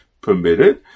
permitted